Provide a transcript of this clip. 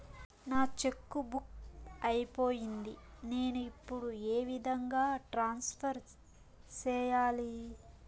నా cheque book అయిపోయింది నేను ఇప్పుడు ఏ విధంగా ట్రాన్స్ఫర్ సేయాలి?